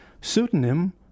pseudonym